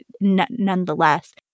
nonetheless